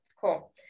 Cool